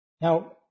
Now